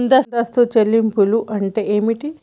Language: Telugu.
ముందస్తు చెల్లింపులు అంటే ఏమిటి?